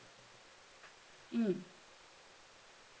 mm